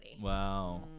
Wow